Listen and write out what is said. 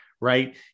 right